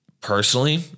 Personally